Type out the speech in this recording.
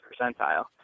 percentile